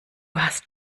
hast